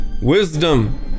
wisdom